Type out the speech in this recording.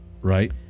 Right